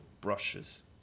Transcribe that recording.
brushes